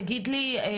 תודה רבה אלעד.